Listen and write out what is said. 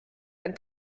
ein